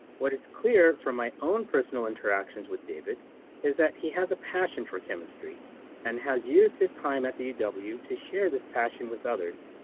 what is clear from my own personal interactions with david is that he has a passion for chemistry and has used his time at the and the uw to share this passion with others.